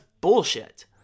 bullshit